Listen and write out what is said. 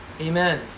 Amen